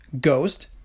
Ghost